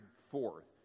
forth